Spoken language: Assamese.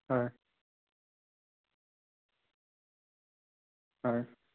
হয় হয়